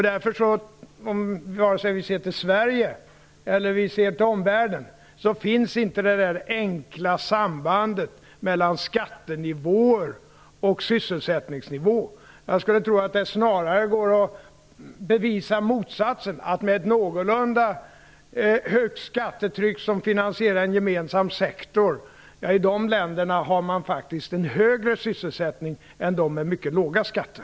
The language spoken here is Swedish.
Oavsett om det gäller Sverige eller omvärlden finns inte det enkla sambandet mellan skattenivåer och sysselssättningsnivå. Jag skulle tro att det snarare går att bevisa motsatsen, att man i länder med ett någorlunda högt skattetryck som finansierar en gemensam sektor har en högre sysselsättning än i länder med mycket låga skatter.